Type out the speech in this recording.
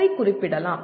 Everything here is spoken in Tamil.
வை குறிப்பிடலாம்